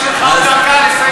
יש לך עוד דקה לסיים,